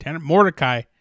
Mordecai